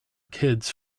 kids